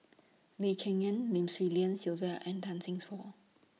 Lee Cheng Yan Lim Swee Lian Sylvia and Tan Seng